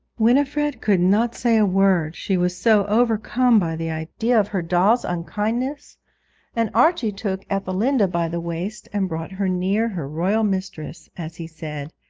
winifred could not say a word, she was so overcome by the idea of her doll's unkindness and archie took ethelinda by the waist and brought her near her royal mistress as he said